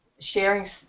sharing